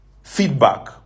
feedback